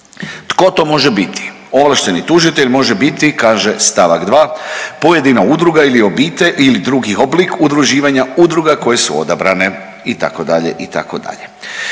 tko to može biti? ovlašteni tužitelj može biti kaže st. 2. pojedina udruga ili obitelj ili drugi oblik udruživanja udruga koje su odabrane itd. itd.